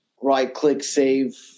right-click-save